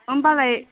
होमब्लालाय